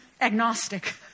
agnostic